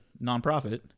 nonprofit